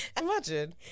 Imagine